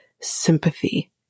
sympathy